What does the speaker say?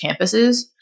campuses